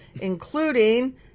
including